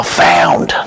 found